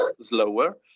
slower